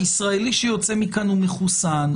הישראלי שיוצא מכאן הוא מחוסן.